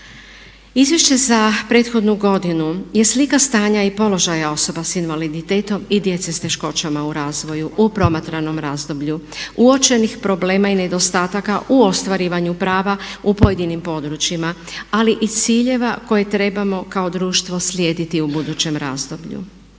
Izvješće za prethodnu godinu je slika stanja i položaja osoba s invaliditetom i djece s teškoćama u razvoju u promatranom razdoblju, uočenih problema i nedostataka u ostvarivanju prava u pojedinim područjima ali i ciljeva koje trebamo kao društvo slijediti u budućem razdoblju.